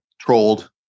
trolled